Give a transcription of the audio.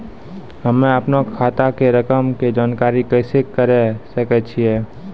हम्मे अपनो खाता के रकम के जानकारी कैसे करे सकय छियै?